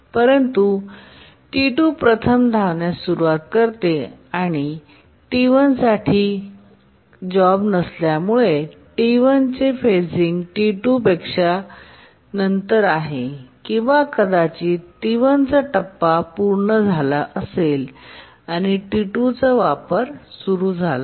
परंतु नंतर T2 प्रथम धावण्यास सुरवात करते कारण T1साठी जॉब नसल्यामुळे T1चे फेजिंग T2 पेक्षा नंतर आहे किंवा कदाचित T1चा टप्पा पूर्ण झाला असेल आणि T2 चा वापर सुरू झाला आहे